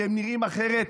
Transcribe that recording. כי הם נראים אחרת?